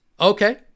Okay